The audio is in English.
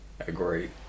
Agree